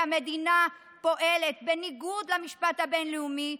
והמדינה פועלת בניגוד למשפט הבין-לאומי,